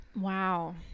Wow